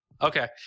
Okay